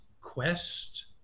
quest